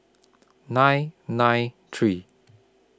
nine nine three